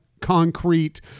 concrete